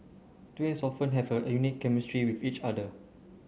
twins often have a unique chemistry with each other